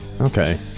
Okay